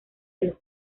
del